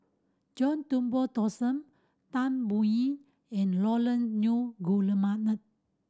John Turnbull Thomson Tan Biyun and Nunn